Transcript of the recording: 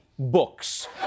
Books